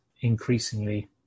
increasingly